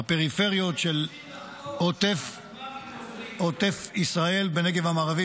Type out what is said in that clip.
בפריפריות של עוטף ישראל בנגב המערבי,